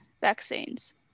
vaccines